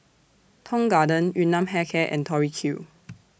Tong Garden Yun Nam Hair Care and Tori Q